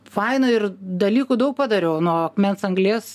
faina ir dalykų daug padariau nuo akmens anglies